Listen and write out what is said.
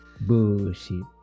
Bullshit